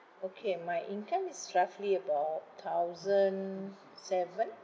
okay my income is roughly about thousand seven